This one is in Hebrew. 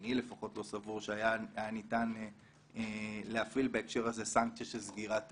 אני לפחות לא סבור שהיה ניתן להפעיל בהקשר הזה סנקציה של סגירת תיאטרון,